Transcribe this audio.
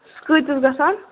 سُہ کۭتِس گژھان